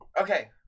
Okay